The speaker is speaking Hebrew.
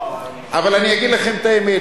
אבל אני אגיד לכם את האמת,